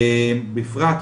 בפרט,